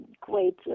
great